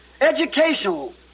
educational